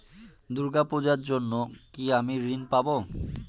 দূর্গা পূজার জন্য কি আমি ঋণ পাবো?